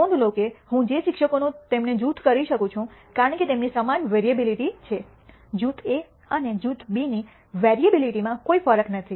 નોંધ લો કે હું જે શિક્ષકોનો તેમને જૂથ કરી શકું છું કારણ કે તેમની સમાન વેરિએબિલિટી છે જૂથ એ અને જૂથ બીની વેરિએબિલિટીમાં કોઈ ફરક નથી